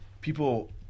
people